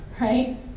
right